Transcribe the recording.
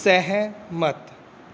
ਸਹਿਮਤ